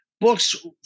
books